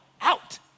out